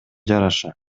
жараша